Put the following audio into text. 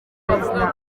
bavuga